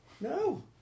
No